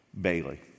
Bailey